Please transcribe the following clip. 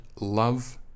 love